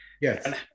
Yes